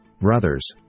brothers